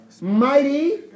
Mighty